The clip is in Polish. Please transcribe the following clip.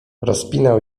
rozpinał